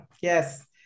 Yes